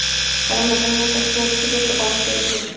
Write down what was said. हरे मटर में सबसे अच्छी किश्त कौन सी होती है?